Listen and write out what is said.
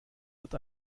wird